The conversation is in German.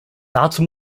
dazu